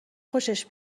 خوشش